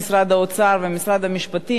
להמשך הקידום של החוק הזה,